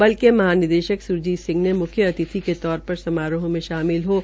बल के महानिदेशक स्रजीत सिंह ने मुख्य अतिथि के तौर पर समारोह में शामिल हये